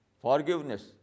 forgiveness